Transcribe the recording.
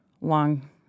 long